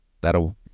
that'll